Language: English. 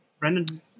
Brendan